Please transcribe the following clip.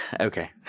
okay